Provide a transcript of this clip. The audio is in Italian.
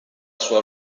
sua